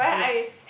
yes